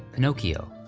pinocchio.